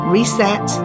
Reset